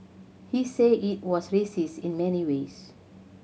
he said it was racist in many ways